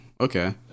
Okay